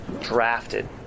drafted